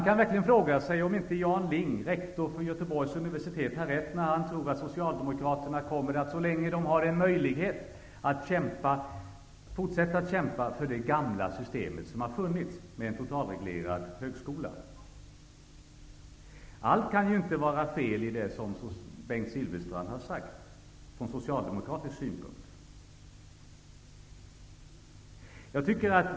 Man kan fråga sig om inte Jan Ling, rektor för Göteborgs universitet, har rätt när han tror att Socialdemokraterna så länge de har en möjlighet kommer att fortsätta kämpa för det gamla system som funnits, med en totalreglerad högskola. Allt kan ju inte, från socialdemokratisk synpunkt, vara fel i det som Bengt Silfverstrand har sagt.